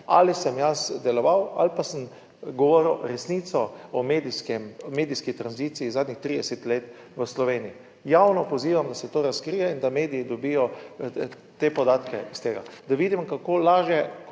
ali sem jaz deloval ali pa sem govoril resnico o medijskem, medijski tranziciji zadnjih 30 let v Sloveniji. Javno pozivam, da se to razkrije, in da mediji dobijo te podatke iz tega, da vidimo, kako lažje